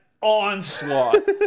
onslaught